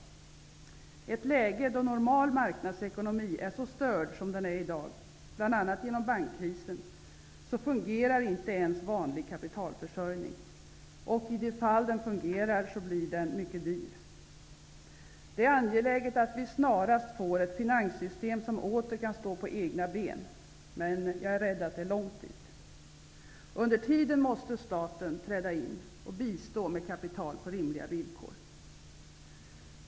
I ett läge där normal marknadsekonomi är så störd som den är i dag, bl.a. genom bankkrisen, fungerar inte ens vanlig kapitalförsörjning. I de fall den fungerar blir den mycket dyr. Det är angeläget att vi snarast får ett finanssystem som åter kan stå på egna ben. Men jag är rädd att det är långt dit. Under tiden måste staten träda in och bistå med kapital på rimliga villkor.